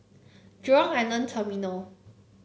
Jurong Island Terminal